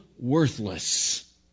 worthless